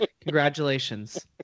Congratulations